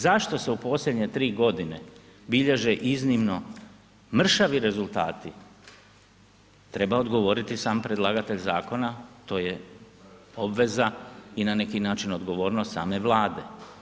Zašto se u posljednje 3 g. bilježe iznimno mršavi rezultati treba odgovoriti sam predlagatelj zakona, to je obveza i na neki način odgovornost same Vlade.